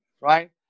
right